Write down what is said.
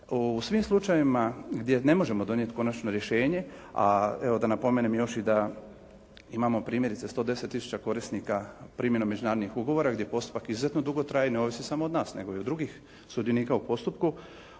U svim slučajevima gdje ne možemo donijeti konačno rješenje, a evo da napomenem još i da imamo primjerice 110000 korisnika primjenom međunarodnih ugovora gdje postupak izuzetno dugo traje, ne ovisi samo od nas, nego i od drugih sudionika u postupku